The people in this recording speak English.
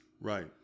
Right